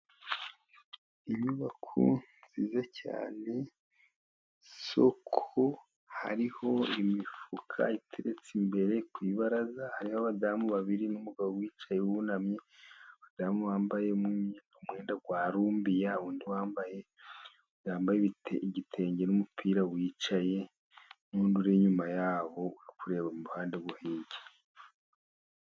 Inyubako nziza cyane, isoko hariho imifuka iteretse imbere ku ibaraza, hariho abadamu babiri n'umugabo wicaye wunamye, umudamu wambaye umwenda warumbuya undi wambaye igitenge n'umupira wicaye, nundi uri inyuma yabo uri kureba muruhande rwo hirya.